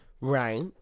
right